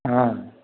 हॅं